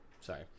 sorry